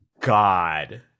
God